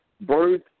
birth